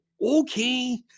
okay